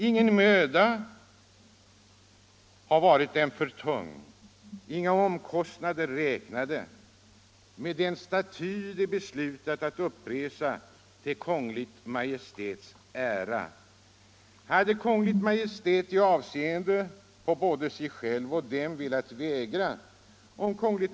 Ingen möda har warit dem tung; inga omkostnader räknade; men den Statue de beslutat att uppresa till Kongl. Maj:ts ära hade Kongl. Maj:t i afseende på både Sig Sjelf och dem, welat wägra, om Kongl.